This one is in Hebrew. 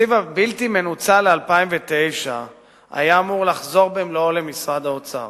התקציב הבלתי-מנוצל ל-2009 היה אמור לחזור במלואו למשרד האוצר,